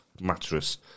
mattress